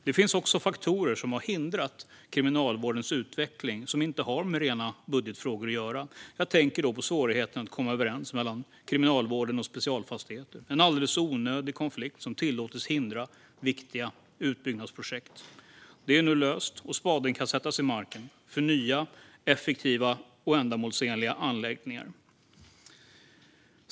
Det finns också faktorer som har hindrat Kriminalvårdens utveckling som inte har med rena budgetfrågor att göra. Jag tänker på svårigheten att komma överens mellan Kriminalvården och Specialfastigheter. Det är en alldeles onödig konflikt som tillåts hindra viktiga utbyggnadsprojekt. Konflikten är nu löst, och spaden kan sättas i marken för nya, effektiva och ändamålsenliga anläggningar.